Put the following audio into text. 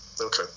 Okay